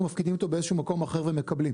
מפקידים אותו באיזה שהוא מקום אחר ומקבלים.